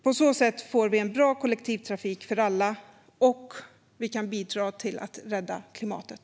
På så sätt får vi en bra kollektivtrafik för alla, och vi kan bidra till att rädda klimatet.